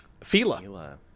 Fila